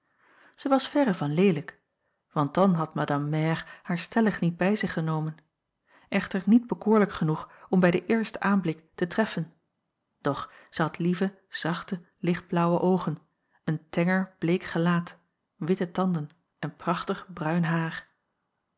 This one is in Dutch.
zij was verre van leelijk want dan had madame mère haar stellig niet bij zich genomen echter niet bekoorlijk genoeg om bij den eersten aanblik te treffen doch zij had lieve zachte lichtblaauwe oogen een tenger bleek gelaat witte tanden en prachtig bruin haar